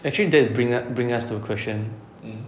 actually that bring us bring us to a question